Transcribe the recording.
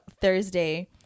Thursday